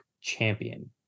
champion